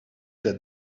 that